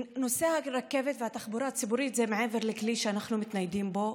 נושא הרכבת והתחבורה הציבורית זה מעבר לכלי שאנחנו מתניידים בו.